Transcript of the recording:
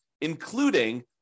including